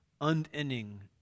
unending